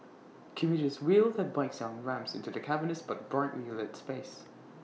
commuters wheel their bikes down ramps into the cavernous but brightly lit space